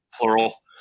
plural